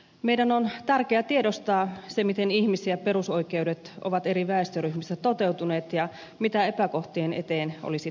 meidän on tärkeä tiedostaa se miten ihmisten perusoikeudet ovat eri väestöryhmissä toteutuneet ja mitä epäkohtien eteen olisi tehtävä